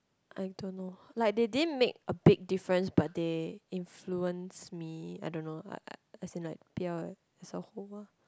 I don't know like they didn't make a big difference but they influence me I don't know a~ as in like as a whole lah